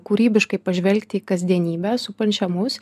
kūrybiškai pažvelgti į kasdienybę supančią mus